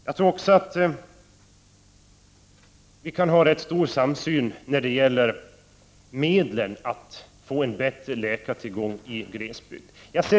Jag tror också att det kan finnas rätt stor samsyn när det gäller medlen för att få en bättre läkartillgång i glesbygderna.